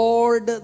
Lord